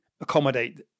accommodate